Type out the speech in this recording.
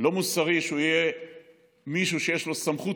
לא מוסרי שהוא יהיה מישהו שיש לו סמכות